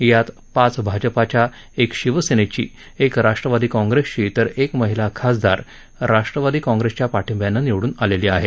यात पाच भाजपाच्या एक शिवसेनेची एक राष्ट्रवादी काँप्रेसची तर एक महिला खासदार राष्ट्रवादी काँप्रेसच्या पाठिब्यानं निवडून आलेली आहे